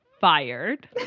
fired